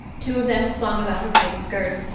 two of them clung about her white skirts,